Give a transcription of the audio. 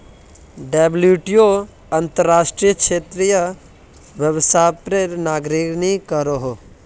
WTO अंतर्राश्त्रिये व्यापारेर निगरानी करोहो